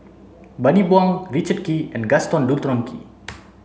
Bani Buang Richard Kee and Gaston Dutronquoy